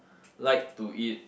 like to eat